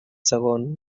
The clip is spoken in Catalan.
segon